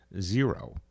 zero